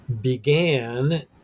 began